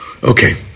Okay